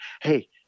hey